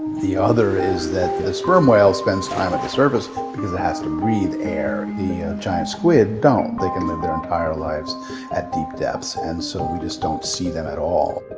the other is that the sperm whale spends time at the surface because it has to breathe air. the giant squid don't. they can live their entire lives at deep depths, and so we just don't see them at all.